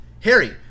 Harry